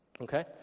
okay